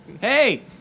Hey